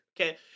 Okay